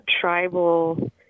tribal